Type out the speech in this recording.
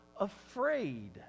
afraid